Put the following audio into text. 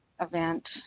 event